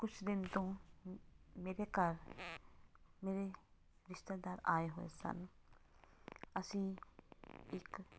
ਕੁਛ ਦਿਨ ਤੋਂ ਮੇਰੇ ਘਰ ਮੇਰੇ ਰਿਸ਼ਤੇਦਾਰ ਆਏ ਹੋਏ ਸਨ ਅਸੀਂ ਇੱਕ